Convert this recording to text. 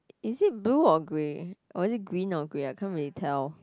is it blue or grey or is it green or grey I can't really tell